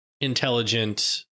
intelligent